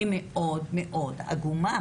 היא מאוד מאוד עגומה.